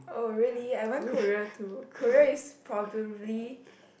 oh really I went Korea too Korea is probably